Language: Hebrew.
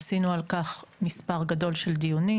עשינו על כך מספר גדול של דיונים.